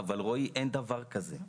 לא, אבל רועי, אין דבר כזה.